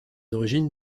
origines